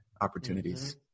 opportunities